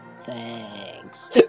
Thanks